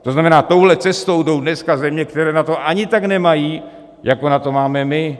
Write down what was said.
To znamená, touhle cestou jdou dneska země, které na to ani tak nemají, jako na to máme my.